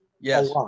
Yes